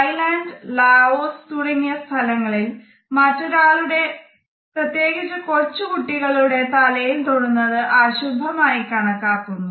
Thailand Laos തുടങ്ങിയ സ്ഥലങ്ങളിൽ മറ്റൊരാളുടെ പ്രത്യേകിച്ച് കൊച്ചു കുട്ടികളുടെ തലയിൽ തൊടുന്നത് അശുഭം ആയി കണക്കാക്കുന്നു